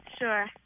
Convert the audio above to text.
Sure